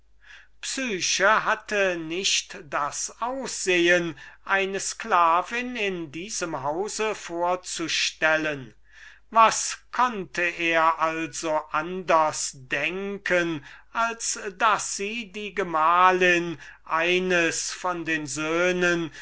psyche sah nicht so aus als ob sie eine sklavin in diesem hause vorstelle was konnte er also anders denken als daß sie die gemahlin eines von den söhnen